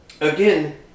again